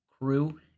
Crew